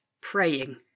praying